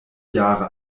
jahre